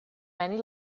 many